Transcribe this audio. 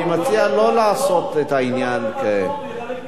לכל החבר'ה מעצמאות הוא מחלק משרות.